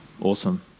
awesome